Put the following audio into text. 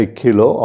kilo